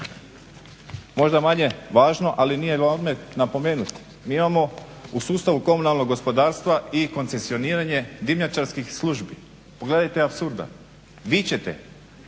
Možda manje važno, ali nije naodmet napomenuti. Mi imamo u sustavu komunalnog gospodarstva i koncesioniranje dimnjačarskih službi. Pogledajte apsurda. Vi ćete,